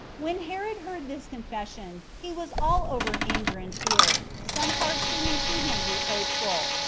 when herod heard this confession, he was all over anger and fear, some parts seeming to him reproachful,